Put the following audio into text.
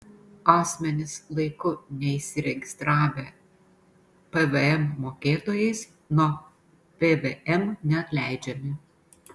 asmenys laiku neįsiregistravę pvm mokėtojais nuo pvm neatleidžiami